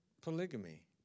polygamy